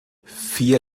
vier